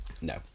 No